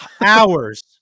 hours